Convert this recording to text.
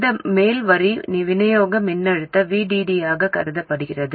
இந்த மேல் வரி விநியோக மின்னழுத்த VDD ஆக கருதப்படுகிறது